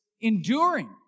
enduring